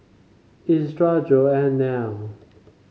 Ezra Joan Nell